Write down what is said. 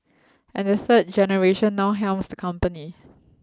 and the third generation now helms the company